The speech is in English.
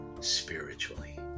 spiritually